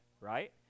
right